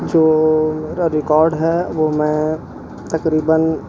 جو میرا ریکارڈ ہے وہ میں تقریباً